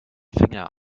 finger